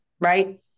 right